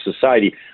society